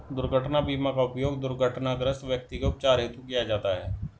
दुर्घटना बीमा का उपयोग दुर्घटनाग्रस्त व्यक्ति के उपचार हेतु किया जाता है